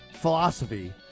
philosophy